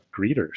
greeters